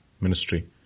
ministry